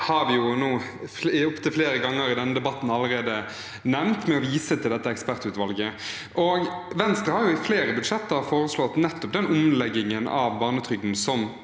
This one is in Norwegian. har vi nevnt opptil flere ganger i denne debatten allerede, ved å vise til dette ekspertutvalget. Venstre har i flere budsjetter foreslått nettopp den omleggingen av barnetrygden som